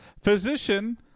physician